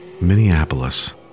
Minneapolis